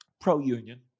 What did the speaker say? pro-union